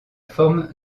forme